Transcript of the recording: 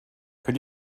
could